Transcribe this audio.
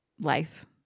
life